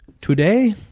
Today